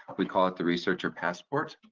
we call it the researcher passport.